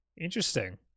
Interesting